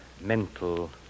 mental